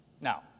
Now